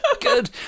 good